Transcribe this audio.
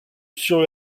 sur